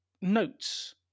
notes